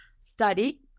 study